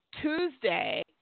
Tuesday